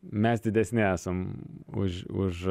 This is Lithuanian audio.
mes didesni esam už už